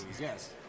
Yes